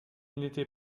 n’était